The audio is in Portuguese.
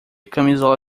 camisola